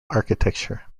architecture